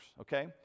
Okay